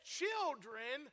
children